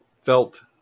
felt